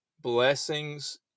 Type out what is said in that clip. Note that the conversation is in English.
Blessings